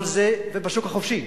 כל זה, ובשוק החופשי.